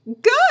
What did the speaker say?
good